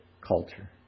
culture